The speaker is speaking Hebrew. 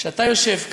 שאתה יושב כאן,